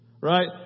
right